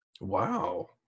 Wow